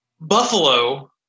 buffalo